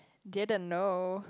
didn't know